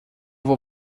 vou